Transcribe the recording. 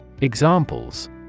Examples